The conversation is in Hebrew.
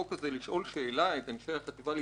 אני רוצה לשאול את אנשי החטיבה להתיישבות.